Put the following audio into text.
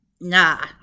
Nah